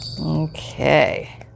Okay